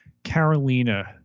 Carolina